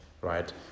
right